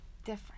different